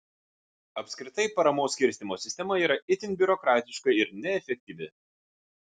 apskritai paramos skirstymo sistema yra itin biurokratiška ir neefektyvi